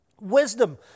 Wisdom